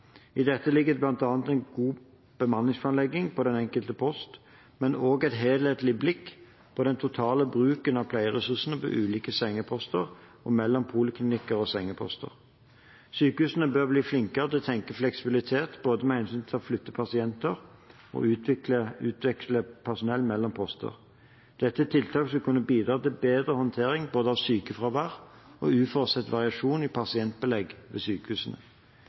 I dette ligger det bl.a. god bemanningsplanlegging på den enkelte post, men også et helhetlig blikk på den totale bruken av pleieressurser på ulike sengeposter og mellom poliklinikker og sengeposter. Sykehusene bør bli flinkere til å tenke fleksibilitet med hensyn til både å flytte pasienter og å utveksle personell mellom poster. Dette er tiltak som vil kunne bidra til bedre håndtering av både sykefravær og uforutsett variasjon i pasientbelegg ved sykehusene.